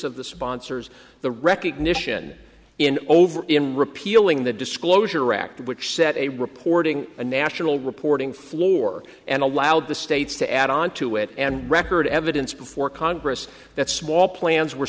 of the sponsors the recognition in over in repealing the disclosure act which set a reporting a national reporting floor and allowed the states to add on to it and record evidence before congress that small plans were